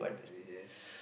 yes